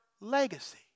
legacy